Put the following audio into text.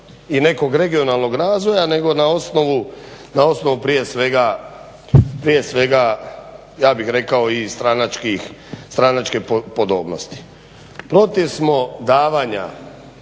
i nekog regionalnog razvoja nego na osnovu prije svega ja bih rekao i stranačke podobnosti. Protiv smo davanja